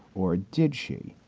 or did she?